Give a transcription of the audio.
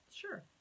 Sure